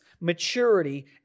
maturity